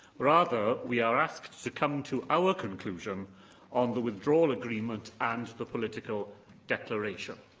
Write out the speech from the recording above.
rather, we are asked to come to our conclusion on the withdrawal agreement and the political declaration.